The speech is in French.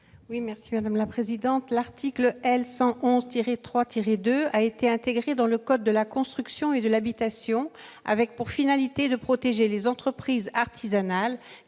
L'article L. 111-3-2 a été intégré dans le code de la construction et de l'habitation en vue de protéger les entreprises artisanales